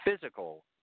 physical